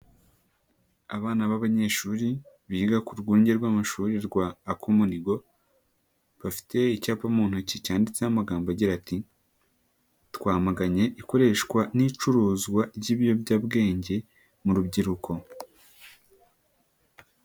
Abana b'abanyeshuri biga ku rwunge rw'amashuri rwa Akumunigo, bafite icyapa mu ntoki cyanditseho amagambo agira ati "twamaganye ikoreshwa n'icuruzwa ry'ibiyobyabwenge mu rubyiruko."